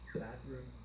bathroom